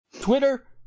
Twitter